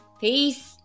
peace